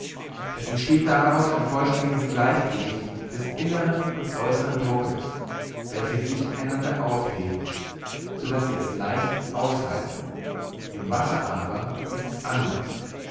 es entsteht daraus ein vollständiges gleichgewicht des innern und äußern druckes welche sich einander aufheben so daß sie es leicht aushalten im wasser aber ist's anders